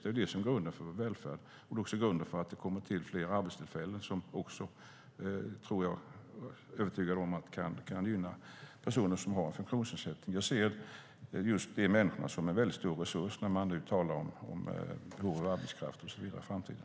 Det är det som är grunden för vår välfärd, och det är också grunden för att det kommer till fler arbetstillfällen som också, det är jag övertygad om, kan gynna personer som har en funktionsnedsättning. Jag ser just de människorna som en väldigt stor resurs när man nu talar om behov av arbetskraft i framtiden.